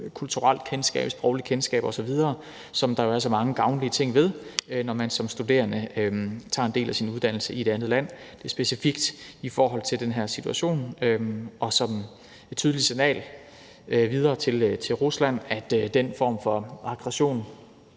kulturelle kendskab og sproglige kendskab osv., som der jo er så mange gavnlige ting ved, når man som studerende tager en del af sin uddannelse i et andet land. Det er specifikt i forhold til den her situation og er et tydeligt signal videre til Rusland om, at den form for aggression